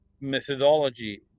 methodology